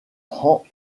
prend